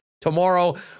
Tomorrow